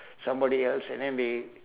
somebody else and then they